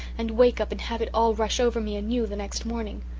and wake up and have it all rush over me anew the next morning.